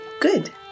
Good